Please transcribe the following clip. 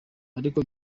ariko